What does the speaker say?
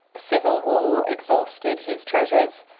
a civil war exhausted his treasures,